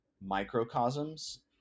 microcosms